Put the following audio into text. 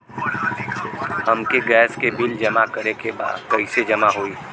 हमके गैस के बिल जमा करे के बा कैसे जमा होई?